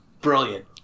brilliant